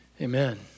Amen